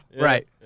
Right